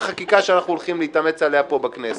חקיקה שאנחנו הולכים להתאמץ עליה פה בכנסת.